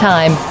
Time